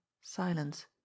silence